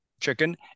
chicken